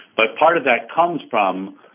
but part of that comes from,